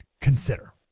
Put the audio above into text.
Consider